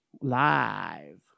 Live